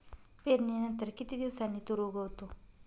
पेरणीनंतर किती दिवसांनी तूर उगवतो?